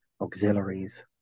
auxiliaries